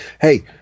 hey